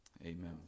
Amen